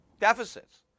deficits